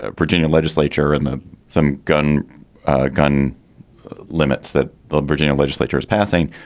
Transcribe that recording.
ah virginia legislature and the some gun gun limits that the virginia legislature is passing.